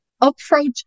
approach